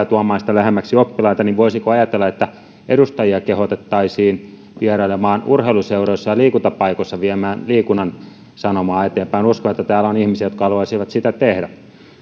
eteenpäin ja tuomaan sitä lähemmäksi oppilaita niin voisiko ajatella että edustajia kehotettaisiin vierailemaan urheiluseuroissa ja liikuntapaikoilla viemään liikunnan sanomaa eteenpäin uskon että täällä on ihmisiä jotka haluaisivat sitä tehdä